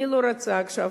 אני לא רוצה עכשיו,